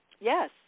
Yes